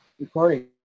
recording